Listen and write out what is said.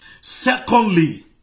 Secondly